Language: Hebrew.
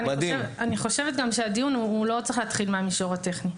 אני חושבת גם שהדיון הזה לא צריך להתחיל מהמישור הטכני.